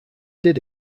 did